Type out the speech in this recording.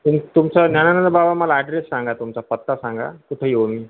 तुम तुमचं ज्ञानानंद बाबा मला ॲड्रेस सांगा तुमचा पत्ता सांगा कुठे येऊ मी